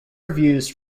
reviews